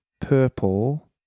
purple